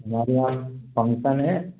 हमारे यहाँ फंक्सन है